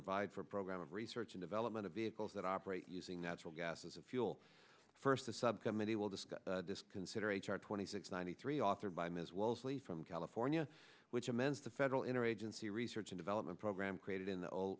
provide for a program of research and development of vehicles that operate using natural gas as a fuel first a subcommittee will discuss this consider a chart twenty six ninety three authored by ms wellesley from california which amends the federal interagency research and development program created in the old